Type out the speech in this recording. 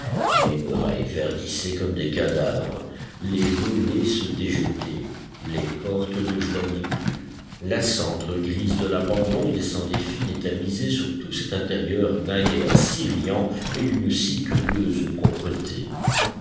les murailles verdissaient comme des cadavres les volets se déjetaient les portes ne joignaient plus la cendre grise de l'abandon descendait fine et tamisée sur tout cet intérieur naguère si riant et d'une si curieuse propreté